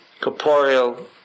corporeal